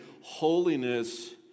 Holiness